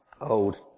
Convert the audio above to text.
old